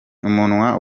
umunwa